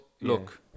Look